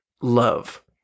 love